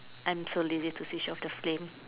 I'm so lazy to Switch off the flame